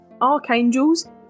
archangels